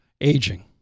aging